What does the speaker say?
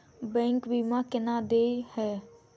Bank बीमा केना देय है?